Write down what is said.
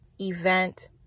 event